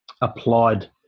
applied